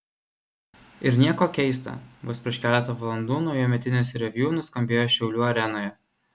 ir nieko keista vos prieš keletą valandų naujametinis reviu nuskambėjo šiaulių arenoje